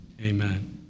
amen